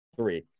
three